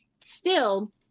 still-